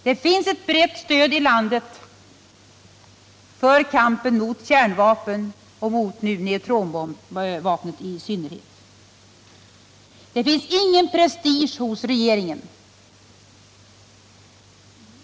Det finns här i landet ett brett stöd för kampen mot kärnvapen och i synnerhet kampen mot neutronvapnet. Och det finns ingen prestige i det fallet hos regeringen.